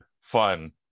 fun